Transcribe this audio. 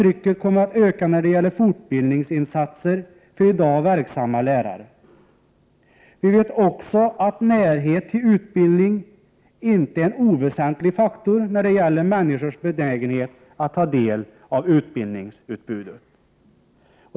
Trycket kommer att öka när det gäller fortbildningsinsatser för i dag verksamma lärare, och närhet till utbildning är en inte oväsentlig faktor när det gäller människors benägenhet att ta del av utbildningsutbudet.